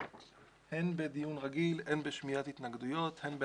הן בדיון רגיל, הן בשמיעת התנגדויות, הן בעררים.